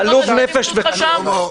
עלוב נפש וכלומניק.